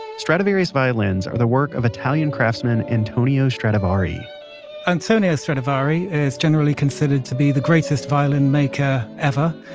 stradivarius violins are the work of italian craftsman antonio stradivari antonio stradivari is generally considered to be the greatest violin maker ever.